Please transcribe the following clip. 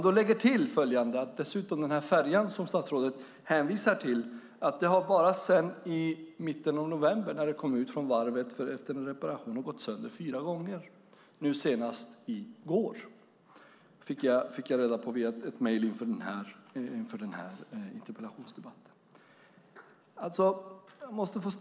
Den färja som statsrådet hänvisar till har sedan mitten av november när den kom ut från varvet efter en reparation gått sönder fyra gånger - nu senast i går, fick jag veta via ett mejl inför interpellationsdebatten.